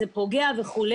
זה פוגע" וכו',